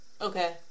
Okay